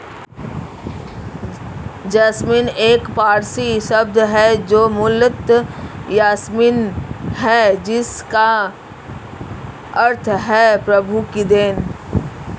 jasmine एक पारसी शब्द है जो मूलतः यासमीन है जिसका अर्थ है प्रभु की देन